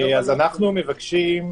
אנחנו מבקשים,